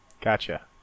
Gotcha